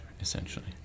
essentially